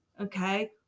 Okay